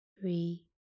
three